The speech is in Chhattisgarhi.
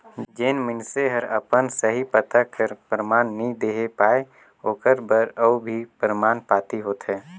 जेन मइनसे हर अपन सही पता कर परमान नी देहे पाए ओकर बर अउ भी परमान पाती होथे